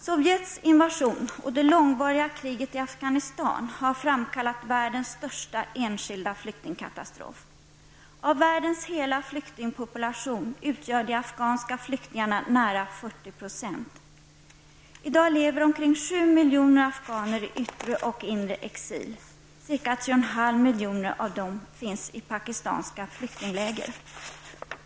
Sovjets invation och det långvariga kriget i Afghanistan har framkallat världens största enskilda flyktingkatastrof. Av världens hela flyktingpopulation utgör de afghanska flyktingarna nära 40 %. I dag lever omkring 7 miljoner afghaner i yttre och inre exil. Ca 3,5 miljoner av dem finns i pakistanska flyktingläger.